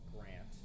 Grant